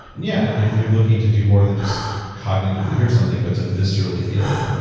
and yeah, if you're looking to do more than just cognitively hear something, but to viscerally feel it,